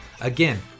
Again